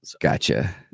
Gotcha